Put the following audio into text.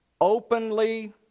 openly